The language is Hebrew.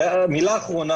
ומילה אחרונה,